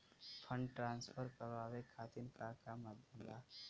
Fund transfer करवाये खातीर का का माध्यम बा?